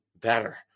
better